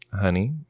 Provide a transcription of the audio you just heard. honey